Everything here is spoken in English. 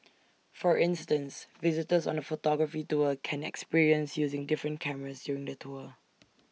for instance visitors on the photography tour can experience using different cameras during the tour